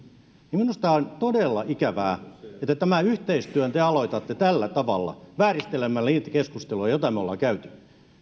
minusta on todella ikävää että tämän yhteistyön te aloitatte tällä tavalla vääristelemällä niitä keskusteluja joita me olemme käyneet